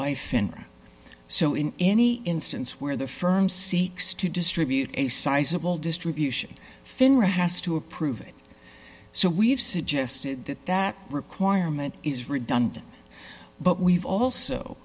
finra so in any instance where the firm seeks to distribute a sizable distribution finra has to approve it so we've suggested that that requirement is redundant but we've also